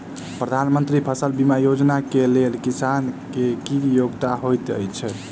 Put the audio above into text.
प्रधानमंत्री फसल बीमा योजना केँ लेल किसान केँ की योग्यता होइत छै?